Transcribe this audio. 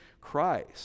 christ